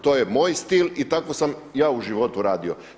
To je moj stil i tako sam ja u životu radio.